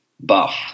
buff